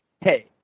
hey